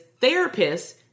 therapists